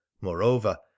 moreover